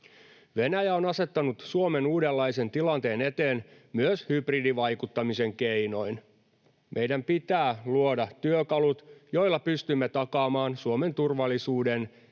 Venäjä on asettanut Suomen uudenlaisen tilanteen eteen myös hybridivaikuttamisen keinoin. Meidän pitää luoda työkalut, joilla pystymme takaamaan Suomen turvallisuuden